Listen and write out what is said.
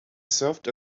served